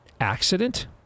accident